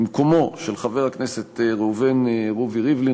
במקומו של חבר הכנסת ראובן רובי ריבלין,